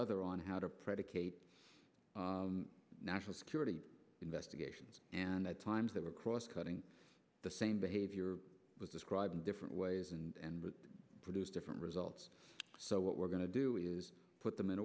other on how to predicate national security investigations and at times they were cross cutting the same behavior was described in different ways and would produce different results so what we're going to do is put them in